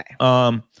Okay